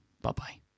bye-bye